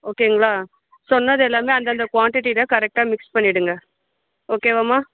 ஓகேங்களா சொன்னது எல்லாமே அந்தந்த க்வான்டிட்டில கரெக்டா மிக்ஸ் பண்ணிடுங்க ஓகேவாம்மா